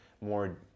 more